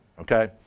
okay